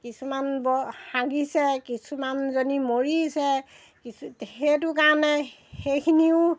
কিছুমান বৰ হাগিছে কিছুমানজনী মৰিছে কিছু সেইটো কাৰণে সেইখিনিও